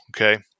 Okay